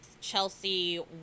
Chelsea